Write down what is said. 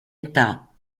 età